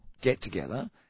get-together